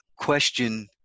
question